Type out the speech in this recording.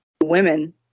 women